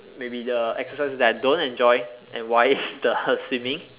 maybe the exercises that I don't enjoy and why is the swimming